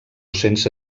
sense